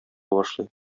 башлый